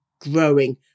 growing